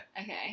Okay